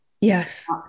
Yes